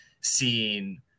Seeing